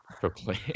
proclaim